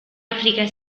africa